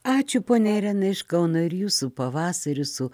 ačiū ponia irena iš kauno ir jus pavasariu su